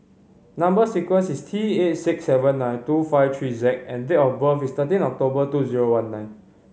number sequence is T eight six seven nine two five three Z and date of birth is thirteen October two zero one nine